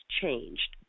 changed